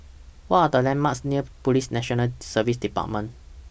What Are The landmarks near Police National Service department